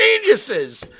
geniuses